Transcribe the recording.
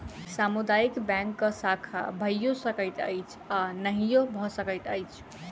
सामुदायिक बैंकक शाखा भइयो सकैत अछि आ नहियो भ सकैत अछि